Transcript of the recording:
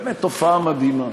באמת תופעה מדהימה,